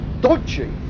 dodgy